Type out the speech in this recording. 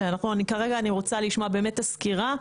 כרגע אני רוצה לשמוע באמת את הסקירה.